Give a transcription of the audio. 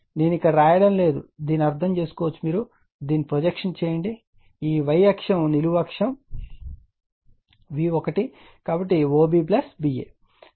నేను ఇక్కడ వ్రాయడం లేదు ఇది అర్థం చేసుకోవచ్చు దీనిపై ప్రొజెక్షన్ చేయండి ఈ y అక్షం నిలువు అక్షం V1 కాబట్టి OB BA